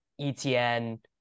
ETN